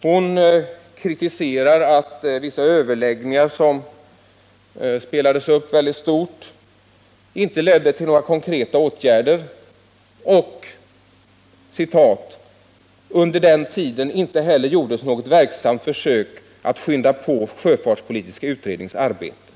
Hon kritiserade att vissa överläggningar, som spelades upp väldigt stort, inte ledde till några konkreta åtgärder och att det ”under den tiden inte heller gjordes något verksamt försök att skynda på sjöfartspolitiska utredningens arbete”.